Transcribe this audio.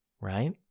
right